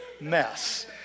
mess